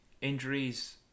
Injuries